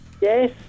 Yes